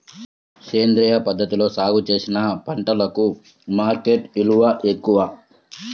సేంద్రియ పద్ధతిలో సాగు చేసిన పంటలకు మార్కెట్ విలువ ఎక్కువ